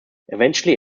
eventually